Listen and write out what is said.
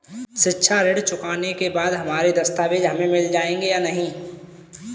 शिक्षा ऋण चुकाने के बाद हमारे दस्तावेज हमें मिल जाएंगे या नहीं?